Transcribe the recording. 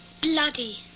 Bloody